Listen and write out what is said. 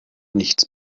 nichts